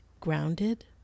grounded